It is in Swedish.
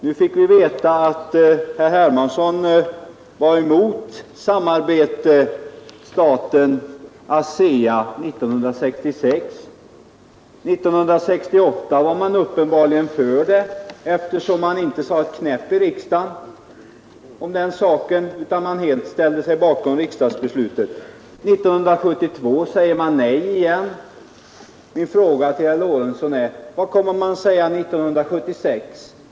Nu fick vi veta att herr Hermansson var emot samarbete staten-ASEA 1966. Men 1968 var man uppenbarligen för det, eftersom man inte sade ett knäpp om den saken utan helt ställde sig bakom riksdagsbeslutet. 1972 säger man nej igen. Min fråga till herr Lorentzon är: Vad kommer man att säga 1976?